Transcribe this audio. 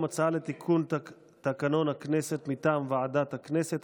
הצעה לתיקון תקנון הכנסת מטעם ועדת הכנסת.